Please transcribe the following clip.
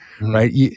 Right